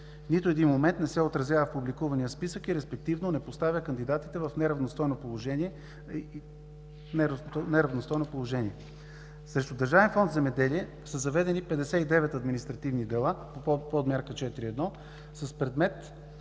Нито един момент не се отразява в публикувания списък и респективно не поставя кандидатите в неравностойно положение. Срещу Държавен фонд „Земеделие“ са заведени 59 административни дела по подмярка 4.1 с предмет